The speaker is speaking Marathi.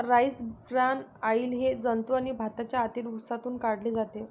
राईस ब्रान ऑइल हे जंतू आणि भाताच्या आतील भुसातून काढले जाते